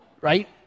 Right